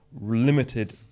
limited